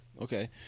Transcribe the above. Okay